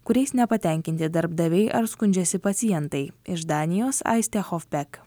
kuriais nepatenkinti darbdaviai ar skundžiasi pacientai iš danijos aistė hofpek